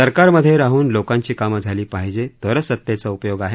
सरकारमध्ये राहून लोकांची कामे झाली पाहिजे तरच सत्तेचा उपयोग आहे